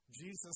Jesus